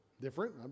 different